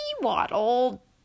waddle